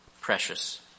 precious